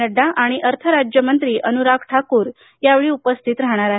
नड्डा आणि अर्थ राज्यमंत्री अनुराग ठाकूर या वेळी उपस्थित राहणार आहेत